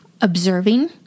observing